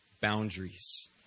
boundaries